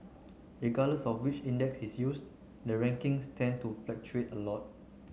regardless of which index is used the rankings tend to a lot